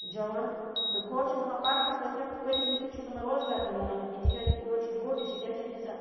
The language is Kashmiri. جوان تہٕ ہورٕ چھِنہٕ تِمَن پَرٕنہٕ سۭتۍ پٔرِتھ لِیٚکِتھ چھُنہٕ تِمَن روزگار تہِ مِلان کِہیٖنۍ تِکیٛازِ یوٚرٕ چھِ یہِ بوٚڈ ڈِسٹرک یَتھ چھےٚ نہٕ تیٖژاہ